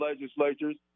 legislatures